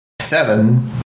Seven